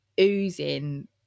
oozing